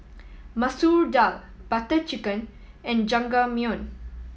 Masoor Dal Butter Chicken and Jajangmyeon